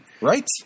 Right